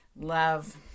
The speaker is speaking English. love